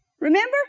Remember